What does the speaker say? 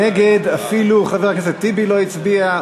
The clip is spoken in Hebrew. נגד, אפילו חבר הכנסת טיבי לא הצביע.